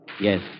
Yes